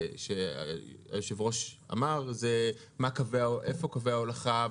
שהיושב ראש אמר זה איפה קווי ההולכה,